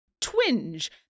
Twinge